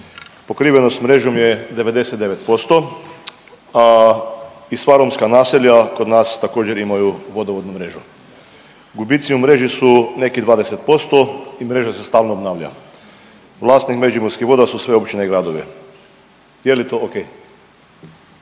Pokrivenost mrežom je 99%, a i sva romska naselja kod nas također imaju vodovodnu mrežu. Gubici u mreži su neki 20% i mreža se stalno obnavlja. Vlasnik Međimurskih voda su sve općine i gradovi, je li to o.k.?